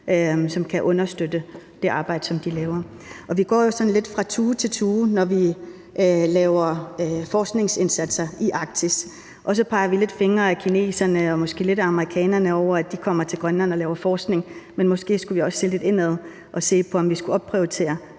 som kan understøtte det arbejde, som de laver. Vi hopper jo sådan lidt fra tue til tue, når vi laver forskningsindsatser i Arktis, og så peger vi lidt fingre ad kineserne og måske lidt ad amerikanerne over, at de kommer til Grønland og laver forskning; men måske skulle vi også se lidt indad og se på, om vi skulle opprioritere